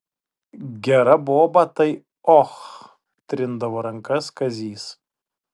gera boba tai och trindavo rankas kazys